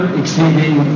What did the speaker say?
exceeding